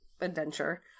adventure